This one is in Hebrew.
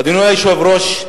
אדוני היושב-ראש,